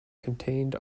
contained